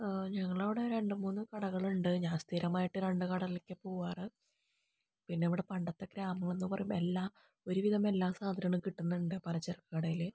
ഞങ്ങളുടെ അവിടെ രണ്ട്മൂന്ന് കടകൾ ഉണ്ട് ഞാൻ സ്ഥിരമായിട്ട് രണ്ട് കടകളിലേക്കാണ് പോകാറ് പിന്നെ ഇവിടെ പണ്ടത്തെ ഗ്രാമമെന്നു പറയുമ്പോൾ എല്ലാ ഒരുവിധം എല്ലാ സാധനങ്ങളും കിട്ടുന്നുണ്ട് പലചരക്ക് കടയിൽ